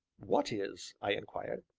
what is? i inquired.